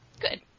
Good